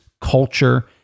culture